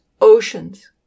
oceans